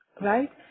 right